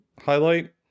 highlight